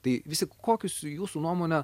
tai vis tik kokius jūsų nuomone